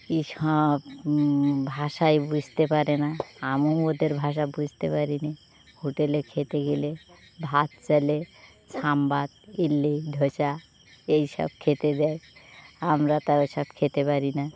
এ সব ভাষাই বুঝতে পারে না আমিও ওদের ভাষা বুঝতে পারি নয়া হোটেলে খেতে গেলে ভাত চাইলে সাম্বর ইডলি দোসা এই সব খেতে দেয় আমরা তা ও সব খেতে পারি না